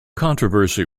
controversy